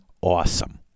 awesome